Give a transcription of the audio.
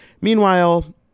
Meanwhile